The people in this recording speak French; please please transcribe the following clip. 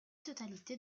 totalité